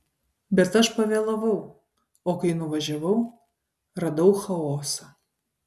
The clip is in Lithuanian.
bet aš pavėlavau o kai nuvažiavau radau chaosą